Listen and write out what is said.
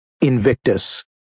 Invictus